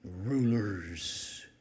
Rulers